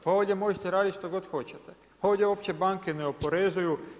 Pa ovdje možete raditi što god hoćete, pa ovdje uopće banke ne oporezuju.